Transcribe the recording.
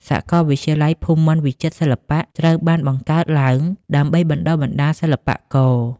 សកលវិទ្យាល័យភូមិន្ទវិចិត្រសិល្បៈត្រូវបានបង្កើតឡើងដើម្បីបណ្តុះបណ្តាលសិល្បករ។